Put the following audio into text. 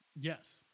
Yes